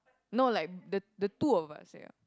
no like the the two of us ya